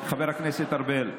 חבר הכנסת ארבל,